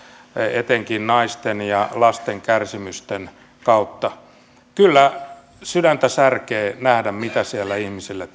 etenkin naisten ja lasten kärsimysten kautta kyllä sydäntä särkee nähdä mitä siellä ihmisille